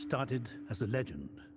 started as a legend.